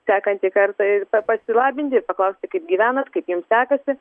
sekantį kartą ir pa pasilabinti ir paklausti kaip gyvenat kaip jums sekasi